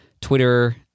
Twitter